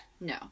No